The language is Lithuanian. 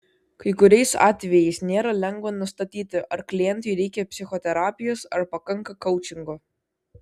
kai kuriais atvejais nėra lengva nustatyti ar klientui reikia psichoterapijos ar pakanka koučingo